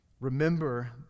remember